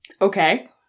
Okay